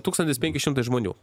tūkstantis penki šimtai žmonių